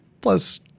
plus